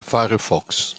firefox